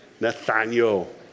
Nathaniel